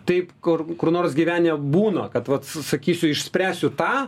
taip kur kur nors gyvenime būna kad vat susakysiu išspręsiu tą